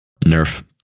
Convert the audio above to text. nerf